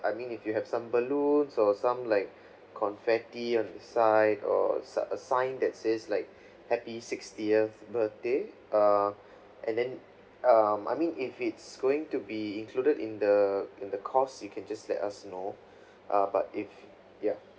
I mean if you have some balloons or some like confetti on the side or side a sign that says like happy sixtieth birthday err and then um I mean if it's going to be included in the in the cost you can just let us know uh but if ya